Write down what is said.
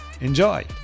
Enjoy